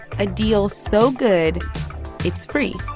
a deal so good it's free